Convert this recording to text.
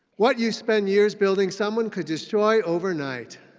what you spend years building, someone could destroy overnight.